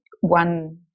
one